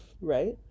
right